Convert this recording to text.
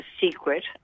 secret